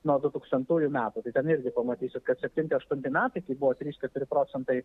nuo du tūkstantųjų metų tai ten irgi pamatysit kad septinti aštunti metai tai buvo trys keturi procentai